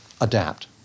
adapt